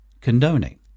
condoning